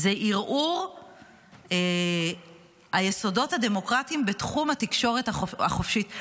זה ערעור היסודות הדמוקרטיים בתחום התקשורת החופשית.